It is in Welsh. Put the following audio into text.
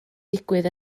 digwydd